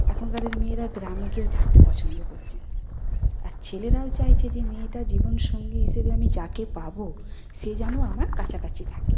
এখনকারের মেয়েরা গ্রামে কেউ থাকতে পছন্দ করছে নে আর ছেলেরাও চাইছে যে মেয়েটা জীবন সঙ্গী হিসেবে আমি যাকে পাবো সে যেন আমার কাছাকাছি থাকে